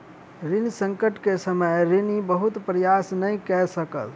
ऋण संकट के समय ऋणी बहुत प्रयास नै कय सकल